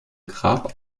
grab